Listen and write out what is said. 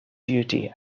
duty